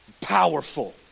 powerful